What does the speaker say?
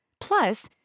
Plus